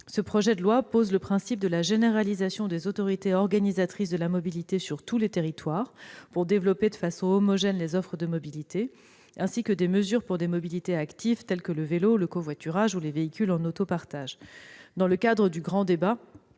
Ce projet de loi pose le principe de la généralisation des autorités organisatrices de la mobilité sur tous les territoires, pour développer de façon homogène les offres de mobilité, et il prévoit des mesures favorisant des mobilités actives, telles que le vélo, le covoiturage ou les véhicules en autopartage. Dans le cadre du grand débat,